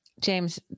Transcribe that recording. James